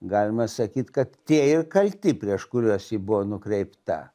galima sakyt kad tie ir kalti prieš kuriuos ji buvo nukreipta